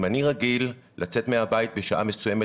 אם אני רגיל לצאת מהבית בשעה מסוימת